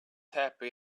happy